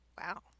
Wow